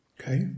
okay